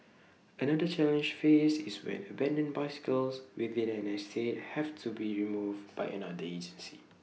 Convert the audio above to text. another challenge faced is when abandoned bicycles within an estate have to be removed by another agency